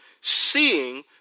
seeing